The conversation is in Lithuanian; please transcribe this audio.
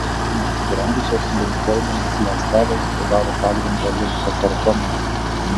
nesubrendusios limfoidinės ląstelės sudaro pagrindą limfosarkomai